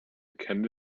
candy